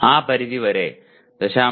ആ പരിധിവരെ 0